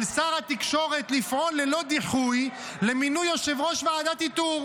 על שר התקשורת לפעול ללא דיחוי למינוי יושב-ראש ועדת איתור.